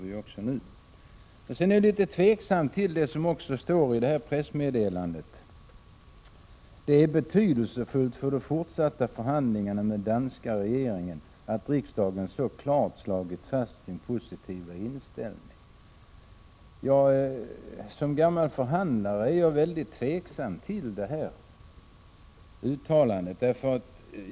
I pressmeddelandet står: ”Det är betydelsefullt för de fortsatta förhandlingarna med den danska regeringen att riksdagen så klart slagit fast sin positiva inställning ———.” Som gammal förhandlare är jag väldigt tveksam till detta uttalande.